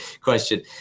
question